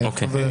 עורך דין חימי?